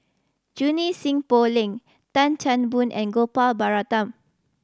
Junie Sng Poh Leng Tan Chan Boon and Gopal Baratham